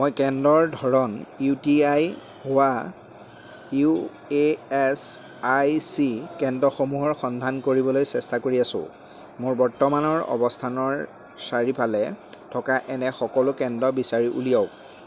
মই কেন্দ্ৰৰ ধৰণ ইউ টি আই হোৱা U A S I C কেন্দ্ৰসমূহৰ সন্ধান কৰিবলৈ চেষ্টা কৰি আছোঁ মোৰ বৰ্তমানৰ অৱস্থানৰ চাৰিফালে থকা এনে সকলো কেন্দ্ৰ বিচাৰি উলিয়াওক